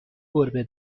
گربه